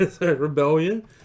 Rebellion